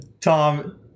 Tom